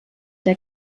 der